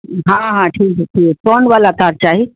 ہاں ہاں ٹھیک ہے ٹھیک کون والا تار چاہی